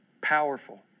powerful